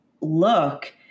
look